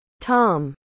Tom